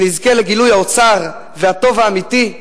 שנזכה לגילוי האוצר והטוב האמיתי,